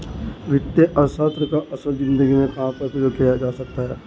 वित्तीय अर्थशास्त्र का असल ज़िंदगी में कहाँ पर प्रयोग किया जा सकता है?